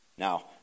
Now